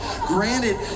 Granted